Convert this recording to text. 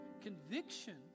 Conviction